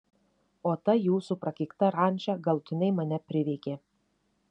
o ta jūsų prakeikta ranča galutinai mane priveikė